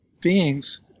beings